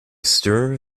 stir